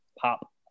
Pop